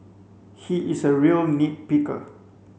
he is a real nit picker